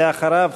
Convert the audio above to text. ואחריו,